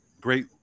Great